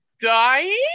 Dying